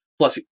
Plus